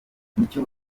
nicyo